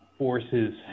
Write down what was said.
Forces